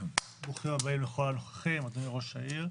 ברוכים הבאים לכל הנוכחים, אדוני ראש העיר.